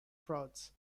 frauds